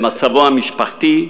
במצבו המשפחתי,